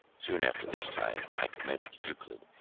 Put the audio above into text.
soon after this time i commenced euclid,